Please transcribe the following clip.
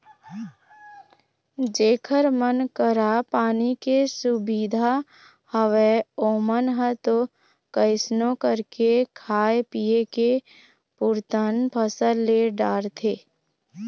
जेखर मन करा पानी के सुबिधा हवय ओमन ह तो कइसनो करके खाय पींए के पुरतन फसल ले डारथे